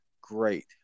Great